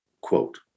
quote